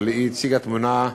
אבל היא הציגה תמונה,